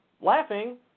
laughing